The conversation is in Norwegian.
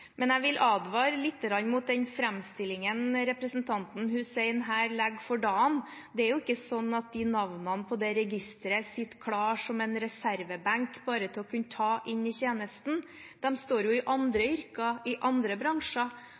Men jeg vil advare litt mot den framstillingen representanten Hussein her legger for dagen. Det er ikke sånn at personene i det registeret sitter klare på en reservebenk for å kunne tas inn i tjenesten. De står i andre yrker i andre bransjer.